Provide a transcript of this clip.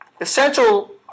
Essential